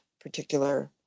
particular